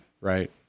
right